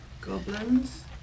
Goblins